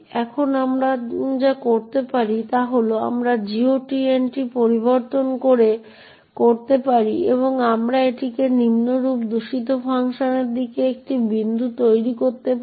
এখন আমরা যা করতে পারি তা হল আমরা GOT এন্ট্রি পরিবর্তন করতে পারি এবং আমরা এটিকে নিম্নরূপ দূষিত ফাংশনের দিকে একটি বিন্দু তৈরি করতে পারি